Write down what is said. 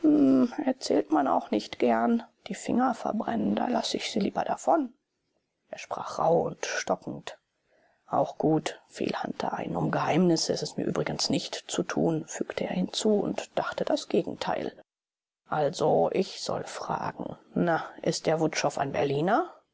erzählt man auch nicht gern die finger verbrennen da lass ich sie lieber davon er sprach rauh und stockend auch gut fiel hunter ein um geheimnisse ist es mir übrigens nicht zu tun fügte er hinzu und dachte das gegenteil also ich soll fragen na ist der wutschow ein berliner